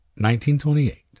1928